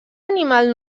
animal